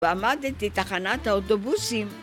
ועמדתי תחנת האוטובוסים,